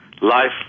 life